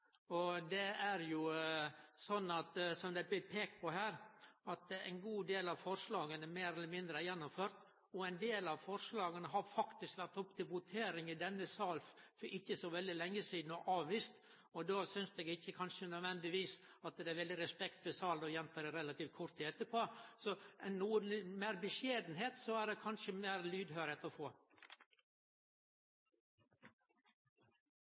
forslaga. Det er jo slik – som det har blitt peikt på her – at ein god del av forslaga meir eller mindre er gjennomførte, og ein del av forslaga har faktisk vore oppe til votering i denne sal for ikkje så veldig lenge sidan og blitt avvist. Då synest eg kanskje ikkje at det er veldig respekt for salen å gjenta dei kort tid etterpå. Med noko meir beskjedenheit er det kanskje meir lydhøyrheit å få.